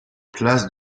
place